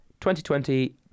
2020